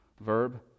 verb